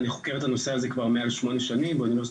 אני חוקר את הנושא הזה כבר מעל לשמונה שנים באוניברסיטת